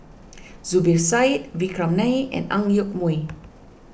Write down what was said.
Zubir Said Vikram Nair and Ang Yoke Mooi